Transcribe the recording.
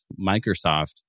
Microsoft